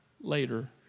later